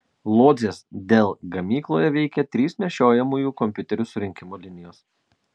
lodzės dell gamykloje veikia trys nešiojamųjų kompiuterių surinkimo linijos